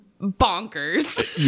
bonkers